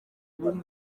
ngubu